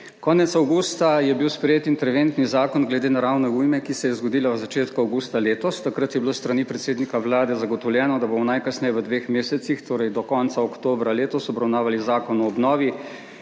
Konec avgusta je bil sprejet interventni zakon glede naravne ujme, ki se je zgodila v začetku avgusta letos. Takrat je bilo s strani predsednika Vlade zagotovljeno, da bomo najkasneje v dveh mesecih, torej do konca oktobra letos obravnaval zakon o obnovi